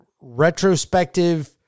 retrospective